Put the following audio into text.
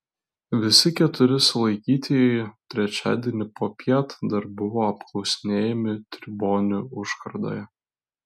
visi keturi sulaikytieji trečiadienį popiet dar buvo apklausinėjami tribonių užkardoje